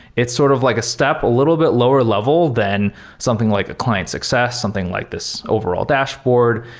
it's sort of like a step a little bit lower level than something like a client success, something like this overall dashboard.